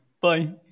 Bye